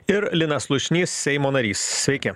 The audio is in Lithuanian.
ir linas slušnys seimo narys sveiki